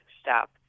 stop